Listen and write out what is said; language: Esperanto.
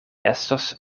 estos